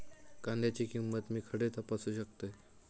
कांद्याची किंमत मी खडे तपासू शकतय?